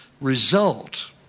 result